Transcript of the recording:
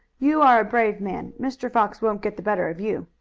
you are a brave man. mr. fox won't get the better of you.